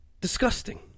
disgusting